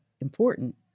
important